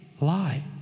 lie